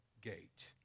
gate